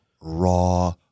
raw